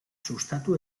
sustatu